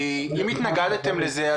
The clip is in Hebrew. כי אם התנגדתם לזה,